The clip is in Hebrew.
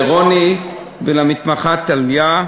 לרוני ולמתמחה טל-ליה,